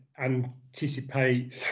anticipate